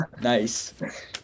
nice